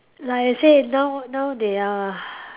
like I said now now they are